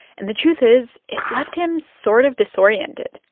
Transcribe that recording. and the truth is, it left him sort of disoriented.